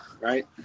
right